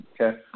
Okay